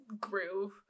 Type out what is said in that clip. groove